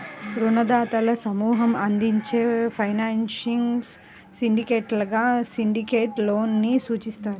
రుణదాతల సమూహం అందించే ఫైనాన్సింగ్ సిండికేట్గా సిండికేట్ లోన్ ని సూచిస్తారు